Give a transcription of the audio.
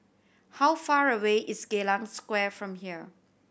how far away is Geylang Square from here